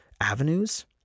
avenues